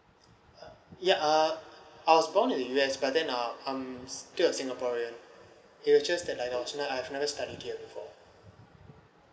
uh yeah uh I was born is U_S but then I um still a singaporean it's just that I'm actually never studied here before